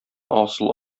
асыл